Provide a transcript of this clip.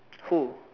who